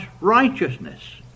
righteousness